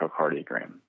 echocardiogram